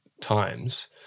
times